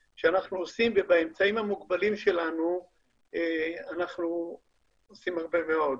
ובאמצעים המוגבלים שלנו אנחנו עושים הרבה מאוד,